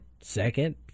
second